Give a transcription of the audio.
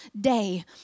day